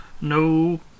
No